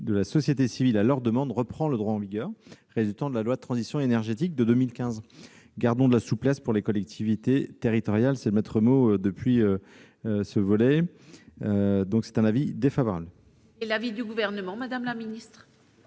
de la société civile à leur demande reprend le droit en vigueur, résultant de la loi de transition énergétique de 2015. Gardons de la souplesse pour les collectivités territoriales : c'est le maître mot depuis que nous examinons ces questions. L'avis est défavorable. Quel est l'avis du Gouvernement ? Nous avons